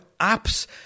apps